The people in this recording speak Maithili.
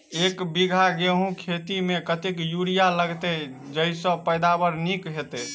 एक बीघा गेंहूँ खेती मे कतेक यूरिया लागतै जयसँ पैदावार नीक हेतइ?